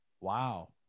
wow